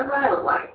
railway